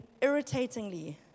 irritatingly